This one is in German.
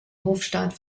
hofstaat